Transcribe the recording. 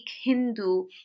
Hindu